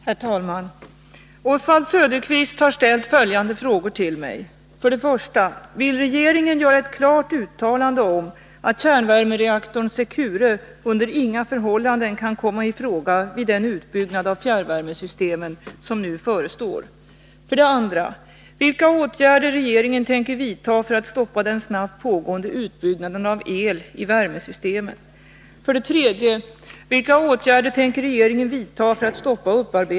Herr talman! Oswald Söderqvist har ställt följande frågor till mig: 1. Vill regeringen göra ett klart uttalande om att kärnvärmereaktorn Secure under inga förhållanden kan komma i fråga vid den utbyggnad av fjärrvärmesystemen som nu förestår? 4.